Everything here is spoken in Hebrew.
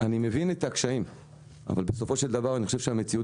אני מבין את הקשיים אבל אני חושב שהמציאות